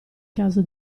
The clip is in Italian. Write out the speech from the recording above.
caso